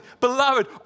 beloved